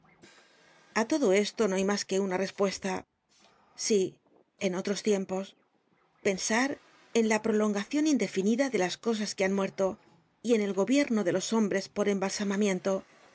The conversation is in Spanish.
a todo esto no hay mas que una respuesta sí en otros tiempos pensar en la prolongacion indefmida de las cosas que han muerto y en el gobierno de los hombres por embalsamamiento